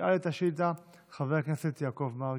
ישאל את השאילתה חבר הכנסת יעקב מרגי,